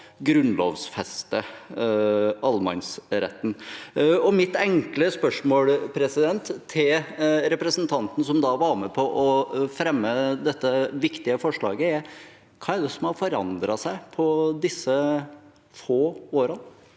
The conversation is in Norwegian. grunnlovfeste allemannsretten. Mitt enkle spørsmål til representanten, som da var med på å fremme dette viktige forslaget, er: Hva har forandret seg på disse få årene?